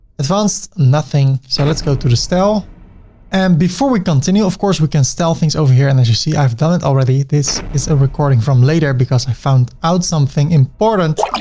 advanced nothing. so let's go through the style and before we continue, of course we can things over here and as you see, i've done it already. this is a recording from later because i found out something important.